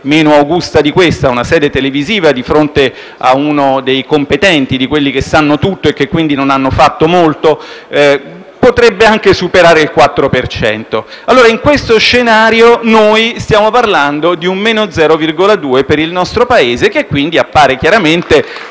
meno augusta di questa, una sede televisiva, di fronte a uno dei competenti (di quelli che sanno tutto e che quindi non hanno fatto molto), ovvero che potrebbe anche superare il 4 per cento. In questo scenario, noi stiamo parlando di un -0,2 per cento per il nostro Paese, che quindi appare chiaramente